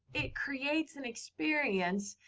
it creates an experience